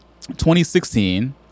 2016